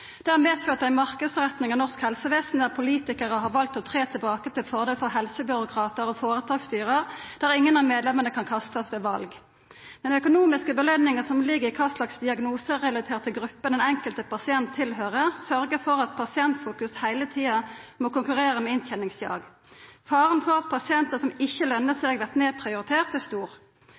Det har medført ei marknadsretting av norsk helsevesen der politikarar har valt å tre tilbake til fordel for helsebyråkratar og føretaksstyre der ingen av medlemmene kan kastast ved val. Den økonomiske belønninga som ligg i kva slags diagnoserelaterte gruppe den enkelte pasienten tilhøyrer, sørgjer for at pasientfokus heile tida må konkurrera med innteningsjag. Faren for at pasientar som ikkje lønner seg, vert nedprioriterte, er stor.